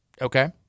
Okay